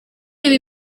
ibi